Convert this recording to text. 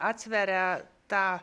atsveria tą